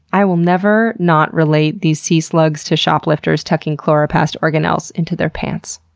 i will never not relate these sea slugs to shoplifters tucking chloroplast organelles into their pants.